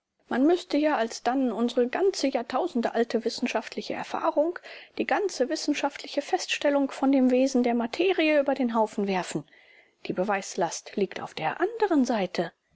man müßte ja alsdann unsre ganze jahrtausende alte wissenschaftliche erfahrung die ganze wissenschaftliche feststellung von dem wesen der materie über den haufen werfen die beweislast liegt auf der anderen seite